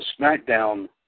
SmackDown